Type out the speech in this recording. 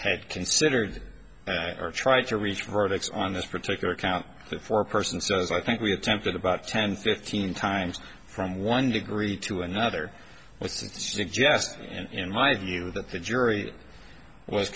had considered or tried to reach verdicts on this particular count for a person says i think we attempted about ten fifteen times from one degree to another with some to suggest in my view that the jury was